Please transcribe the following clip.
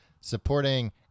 supporting